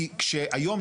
כי כשהיום,